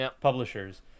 publishers